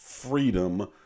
freedom